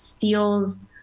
feels